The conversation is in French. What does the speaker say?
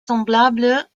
semblables